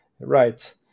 right